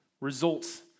results